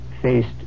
faced